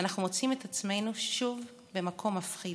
אנחנו מוצאים את עצמנו שוב במקום מפחיד.